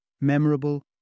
memorable